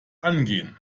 angehen